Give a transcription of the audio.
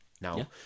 Now